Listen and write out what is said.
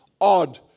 odd